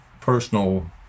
personal